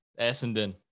Essendon